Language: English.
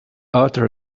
utter